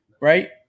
Right